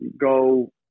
go